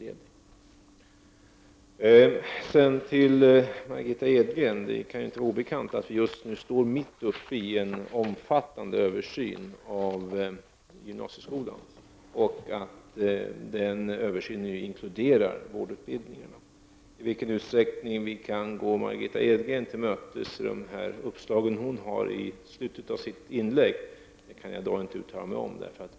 Det kan inte vara obekant för Margitta Edgren att vi just nu står mitt uppe i en omfattande översyn av gymnasieskolan och att denna översyn inkluderar vårdutbildningarna. I vilken omfattning vi kan gå Margitta Edgren till mötes när det gäller de uppslag som hon hade i sitt inlägg kan jag inte uttala mig om.